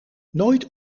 nooit